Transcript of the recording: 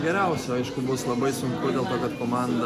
geriausio aišku bus labai sunku dėl to kad komanda